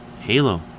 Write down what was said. Halo